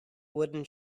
wooden